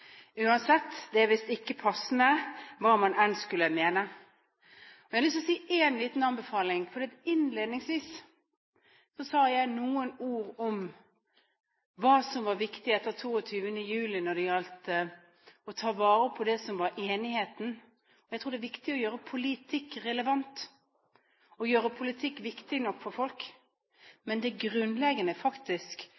uansett, det er visst ikke passende hva man enn skulle mene. Jeg har lyst til å komme med en liten anbefaling. Innledningsvis sa jeg noen ord om hva som var viktig etter 22. juli når det gjaldt å ta vare på enigheten. Jeg tror det er viktig å gjøre politikk relevant, å gjøre politikk viktig nok for folk,